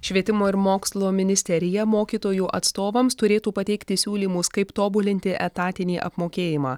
švietimo ir mokslo ministerija mokytojų atstovams turėtų pateikti siūlymus kaip tobulinti etatinį apmokėjimą